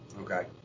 Okay